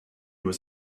was